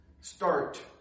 start